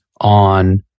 on